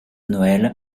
noël